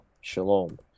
shalom